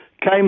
came